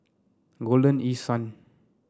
Golden East Sun